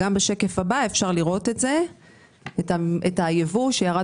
גם בשקף הבא אפשר לראות את היבוא שירד